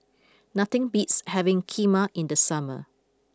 nothing beats having Kheema in the summer